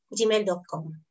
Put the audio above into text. gmail.com